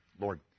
Lord